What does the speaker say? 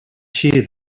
shear